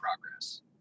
progress